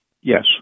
Yes